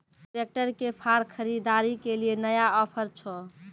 Tractor के फार खरीदारी के लिए नया ऑफर छ?